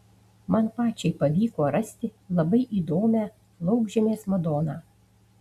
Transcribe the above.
man pačiai pavyko rasti labai įdomią laukžemės madoną